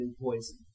poison